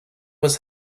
was